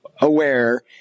aware